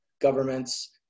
governments